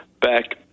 back